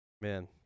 man